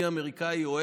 ואני אומר